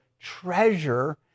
treasure